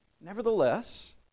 Nevertheless